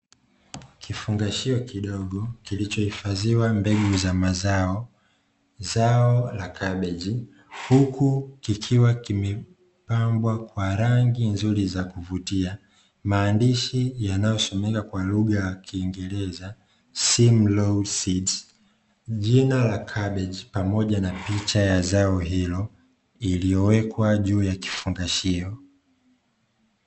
Kifungashio kidogo kilichohifadhiwa mbegu za mazao; zao la kabeji, huku kikiwa kimepambwa kwa rangi nzuri za kuvutia, maandishi yanayosomeka kwa lugha ya kiingereza "Simlaw Seeds", jina la kabeji pamoja na picha ya zao hilo iliyowekwa juu ya kifungashio.